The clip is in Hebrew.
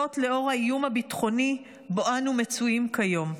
זאת לאור האיום הביטחוני שבו אנו מצויים כיום.